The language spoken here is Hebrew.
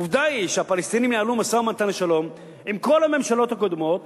עובדה היא שהפלסטינים ניהלו משא-ומתן לשלום עם כל הממשלות הקודמות,